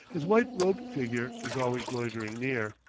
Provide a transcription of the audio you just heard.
his white-robed figure is always loitering near.